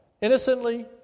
Innocently